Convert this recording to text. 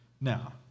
Now